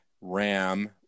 Ram